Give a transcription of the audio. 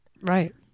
Right